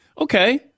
Okay